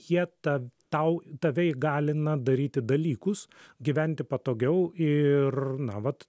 jie ta tau tave įgalina daryti dalykus gyventi patogiau ir na vat